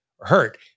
hurt